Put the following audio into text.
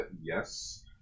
Yes